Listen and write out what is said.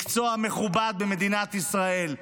מקצוע מכובד במדינת ישראל,